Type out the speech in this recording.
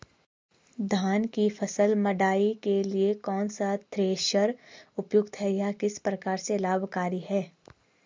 धान की फसल मड़ाई के लिए कौन सा थ्रेशर उपयुक्त है यह किस प्रकार से लाभकारी है?